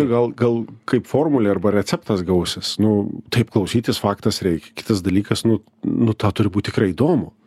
gal gal kaip formulė arba receptas gausis nu taip klausytis faktas reikia kitas dalykas nu nu tau turi būt tikrai įdomu